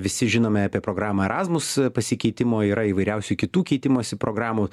visi žinome apie programą erazmus pasikeitimo yra įvairiausių kitų keitimosi programų